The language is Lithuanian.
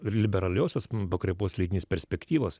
liberaliosios pakraipos leidinys perspektyvos